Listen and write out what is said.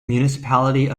municipality